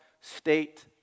state